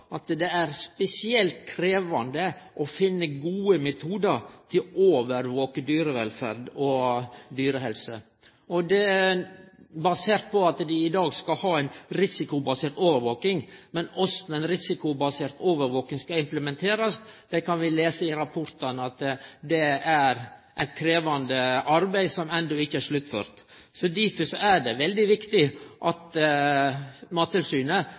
at det er spesielt krevjande å finne gode metodar til å overvake dyrevelferd og dyrehelse basert på at dei i dag skal ha ei risikobasert overvaking. Men korleis den risikobaserte overvakinga skal implementerast, kan vi i rapportane lese er eit krevjande arbeid som ikkje er sluttført. Difor er det veldig viktig at Mattilsynet